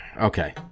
Okay